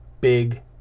BIG